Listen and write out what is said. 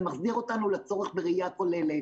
זה מחזיר אותנו לצורך בראייה כוללת.